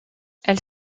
elle